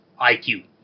IQ